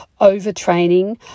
overtraining